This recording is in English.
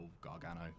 Gargano